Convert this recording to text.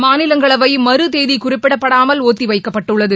மாநிலங்களவை மறுதேதி குறிப்பிடப்படாமல் ஒத்திவைக்கப்பட்டுள்ளது